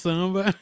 Samba